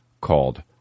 called